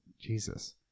Jesus